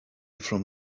from